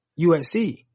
USC